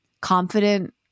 confident